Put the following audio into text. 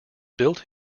built